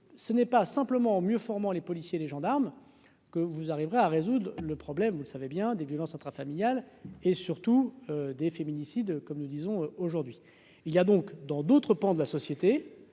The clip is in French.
ce n'est pas simplement au mieux former les policiers et les gendarmes que vous arriverez à résoudre le problème, vous, vous savez bien des violences intrafamiliales et surtout des féminicides comme nous disons aujourd'hui, il y a donc dans d'autres pans de la société,